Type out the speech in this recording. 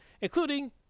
Including